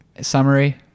summary